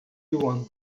yuan